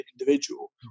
individual